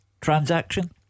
transaction